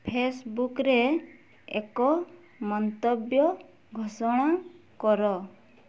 ଫେସବୁକରେ ଏକ ମନ୍ତବ୍ୟ ଘୋଷଣା କର